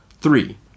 Three